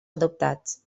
adoptats